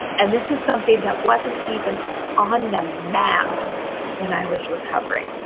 and this is something that wasn't even on another map when i was recovering.